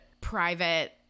private